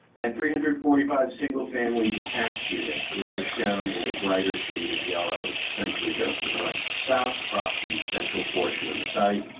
and three hundred and forty five single family detached units which are shown in a brighter shade of yellow, which essentially go from north to south across the central portion of the site.